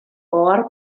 ohar